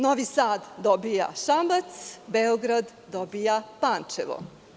Novi Sad dobija Šabac, a Beograd dobija Pančevo.